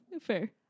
Fair